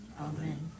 Amen